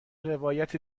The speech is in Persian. روایت